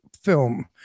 film